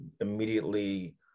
immediately